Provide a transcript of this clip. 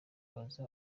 baza